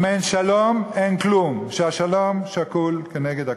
אם אין שלום, אין כלום, שהשלום שקול כנגד הכול.